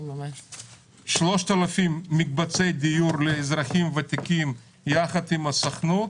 3,000 מקבצי דיור לאזרחים ותיקים יחד עם הסוכנות,